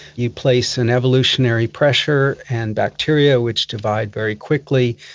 you place an evolutionary pressure, and bacteria, which divide very quickly,